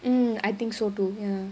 hmm I think so too ya